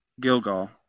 Gilgal